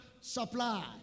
supply